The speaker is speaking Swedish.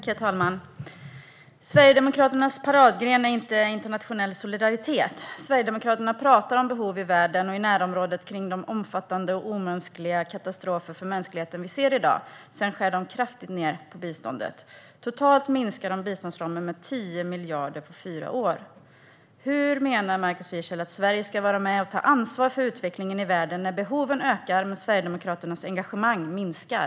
Herr talman! Sverigedemokraternas paradgren är inte internationell solidaritet. Sverigedemokraterna pratar om behov i världen och i närområdet kring de omfattande och omänskliga katastrofer för mänskligheten som vi ser i dag, och sedan skär de kraftigt ned på biståndet. Totalt minskar de biståndsramen med 10 miljarder på fyra år. Hur menar Markus Wiechel att Sverige ska vara med och ta ansvar för utvecklingen i världen när behoven ökar men Sverigedemokraternas engagemang minskar?